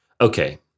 Okay